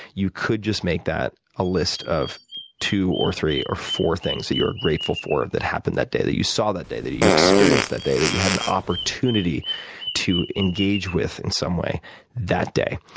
you could just make that a list of two or three or four things that you're grateful for that happened that day, that you saw that day, that you experienced that day, that you had an opportunity to engage with in some way that day.